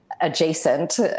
adjacent